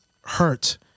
hurt